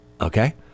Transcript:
okay